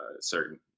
certain